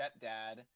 stepdad